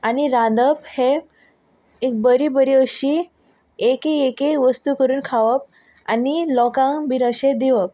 आनी रांदप हें एक बरी बरी अशी एके एके वस्तू करून खावप आनी लोकांक बी अशें दिवप